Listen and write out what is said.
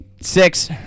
six